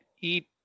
eat